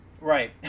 Right